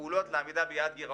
הפעולות הן לגיטימיות.